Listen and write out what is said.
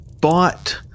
bought